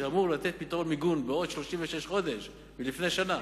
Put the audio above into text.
שאמור לתת פתרון מיגון בעוד 36 חודש מלפני שנה,